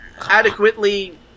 adequately